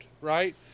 right